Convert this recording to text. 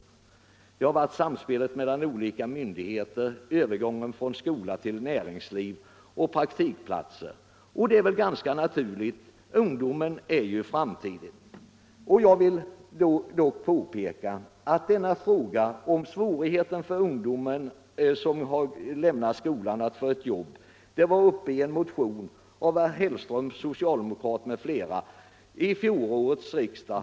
Man har aktualiserat samspelet mellan olika myndigheter, övergången från skola till näringsliv och praktikplatserna. Det är väl ganska naturligt — ungdomen är ju framtiden. Jag vill påpeka att denna fråga om svårigheten för ungdomar som just har lämnat skolan att få ett jobb var uppe i en motion av socialdemokraten herr Hellström m.fl. vid fjolårets riksdag.